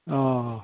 अ